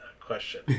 question